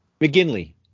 mcginley